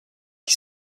qui